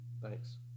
Thanks